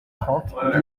trente